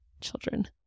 children